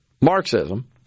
Marxism